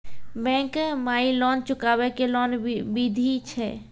Bank माई loan चुकाबे के कोन बिधि छै?